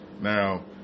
Now